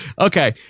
Okay